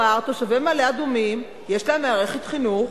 תושבי מעלה-אדומים יש להם מערכת חינוך.